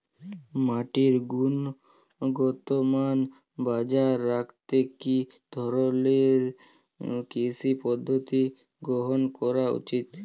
মাটির গুনগতমান বজায় রাখতে কি ধরনের কৃষি পদ্ধতি গ্রহন করা উচিৎ?